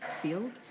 field